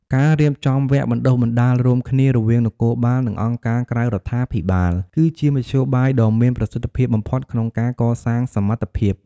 ការរៀបចំវគ្គបណ្ដុះបណ្ដាលរួមគ្នារវាងនគរបាល និងអង្គការក្រៅរដ្ឋាភិបាល គឺជាមធ្យោបាយដ៏មានប្រសិទ្ធភាពបំផុតក្នុងការកសាងសមត្ថភាព។